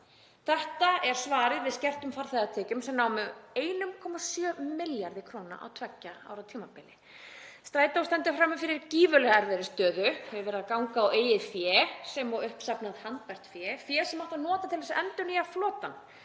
Þetta er svarið við skertum farþegatekjum sem námu 1,7 milljörðum kr. á tveggja ára tímabili. Strætó stendur frammi fyrir gífurlega erfiðri stöðu og hefur verið að ganga á eigið fé sem og uppsafnað handbært fé sem átti að nota til að endurnýja flotann